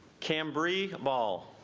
cambrai ball